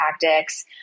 tactics